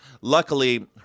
luckily